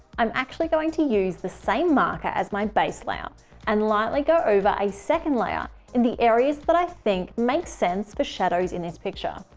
i'm actually going to use the same marker as my base layer and lightly go over a second layer in the areas that i think makes sense for shadows in this picture.